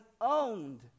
owned